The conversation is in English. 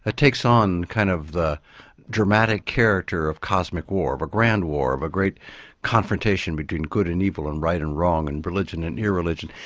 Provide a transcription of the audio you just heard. ah takes on kind of the dramatic character of cosmic war, of a grand war, of a great confrontation between good and evil and right and wrong and religion and irreligion.